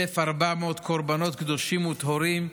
1,400 קורבנות קדושים וטהורים,